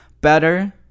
better